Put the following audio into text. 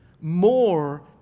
more